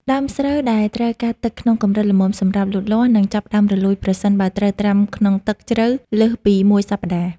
ដើមស្រូវដែលត្រូវការទឹកក្នុងកម្រិតល្មមសម្រាប់លូតលាស់ នឹងចាប់ផ្តើមរលួយប្រសិនបើត្រូវត្រាំក្នុងទឹកជ្រៅលើសពីមួយសប្តាហ៍។